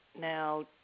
now